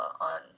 on